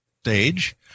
stage